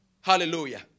Hallelujah